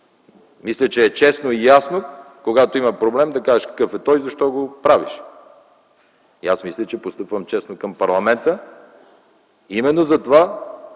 Мисля, че е честно и ясно, когато има проблем, да кажеш какъв е той и защо го правиш. Мисля, че постъпвам честно и към парламента. Именно затова